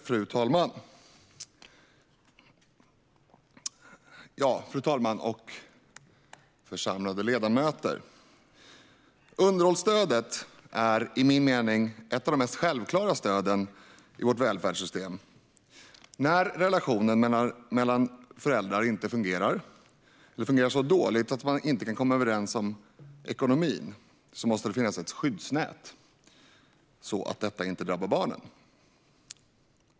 Fru talman! Församlade ledamöter! Underhållsstödet är enligt min mening ett av de mest självklara stöden i vårt välfärdssystem. När relationen mellan föräldrar inte fungerar eller fungerar så dåligt att man inte kan komma överens om ekonomin måste det finnas ett skyddsnät, så att detta inte drabbar barnen.